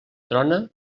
trona